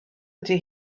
ydy